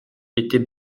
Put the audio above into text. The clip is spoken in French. était